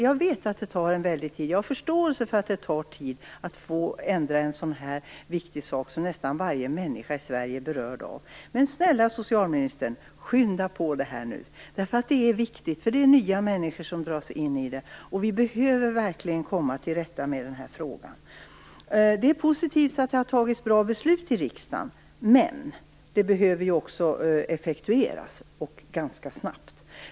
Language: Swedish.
Jag vet och har förståelse för att det tar väldigt lång tid att ändra en sådan viktig sak, som berör nästan varje människa i Sverige. Men snälla socialministern, skynda på detta! Det är viktigt. Nya människor dras in i det, och vi behöver verkligen komma till rätta med det här problemet. Det är positivt att det har fattats bra beslut i riksdagen, men det behöver också effektueras.